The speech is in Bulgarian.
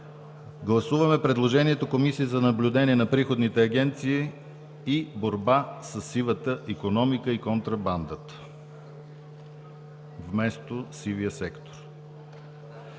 Гласуваме предложението Комисия за наблюдение на приходните агенции и борба със сивата икономика и контрабандата, вместо „сивия сектор“.